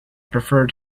prefer